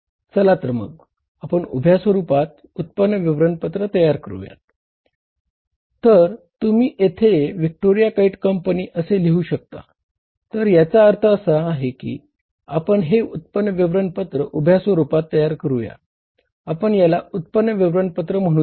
चला तर मग आपण उभ्या स्वरूपात म्हणू शकतो